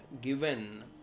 given